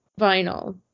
vinyl